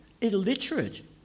illiterate